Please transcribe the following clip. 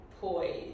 poised